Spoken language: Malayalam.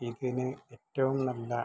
ഇതിന് ഏറ്റവും നല്ല